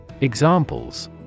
Examples